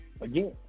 again